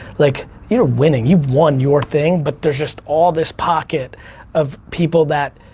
like you're winning, you've won your thing, but there's just all this pocket of people that,